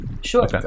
Sure